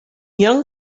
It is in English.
young